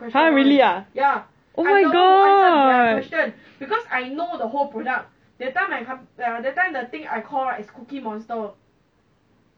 !huh! really ah oh my god